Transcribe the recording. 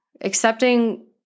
accepting